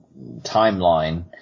timeline